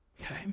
okay